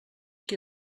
qui